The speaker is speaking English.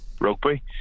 rugby